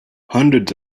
hundreds